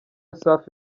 safi